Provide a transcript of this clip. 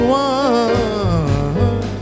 one